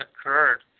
occurred